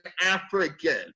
African